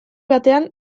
batean